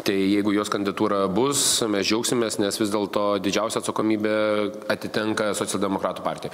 tai jeigu jos kandidatūra bus mes džiaugsimės nes vis dėlto didžiausia atsakomybė atitenka socialdemokratų partijai